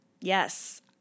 Yes